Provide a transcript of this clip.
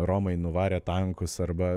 romai nuvarė tankus arba